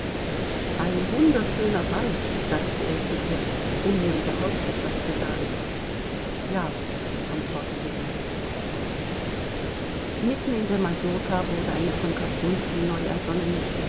ein wunderschöner ball sagte er zu ihr um nur überhaupt etwas zu sagen ja antwortete sie mitten in der masurka wurde eine von korsunski neu